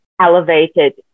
elevated